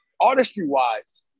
Artistry-wise